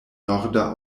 norda